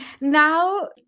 Now